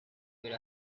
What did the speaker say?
with